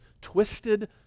twisted